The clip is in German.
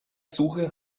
suche